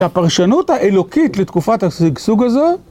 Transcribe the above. הפרשנות האלוקית לתקופת השגשוג הזו